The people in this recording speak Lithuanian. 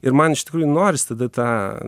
ir man iš tikrųjų norisi tada tą